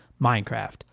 Minecraft